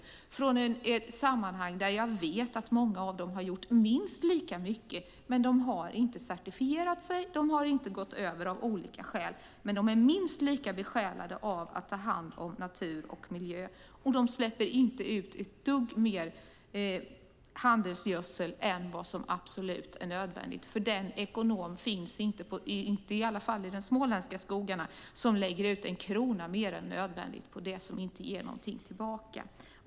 Jag kommer från ett sammanhang där jag vet att många av dem har gjort minst lika mycket, men de har inte certifierat sig. De har inte gått över av olika skäl, men de är minst lika besjälade av att ta hand om natur och miljö. De släpper inte ut ett dugg mer handelsgödsel än vad som är absolut nödvändigt. Den ekonom finns inte i de småländska skogarna som lägger ut en krona mer än nödvändigt på det som inte ger någonting tillbaka.